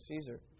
Caesar